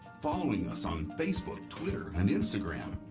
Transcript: following us on facebook, twitter, and instagram,